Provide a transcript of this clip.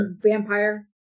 vampire